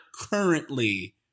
currently